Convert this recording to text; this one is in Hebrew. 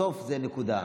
בסוף זו הנקודה.